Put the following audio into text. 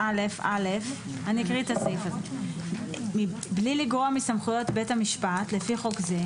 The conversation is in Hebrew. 6א(א) בלי לגרוע מסמכויות בית המשפט לפי חוק זה,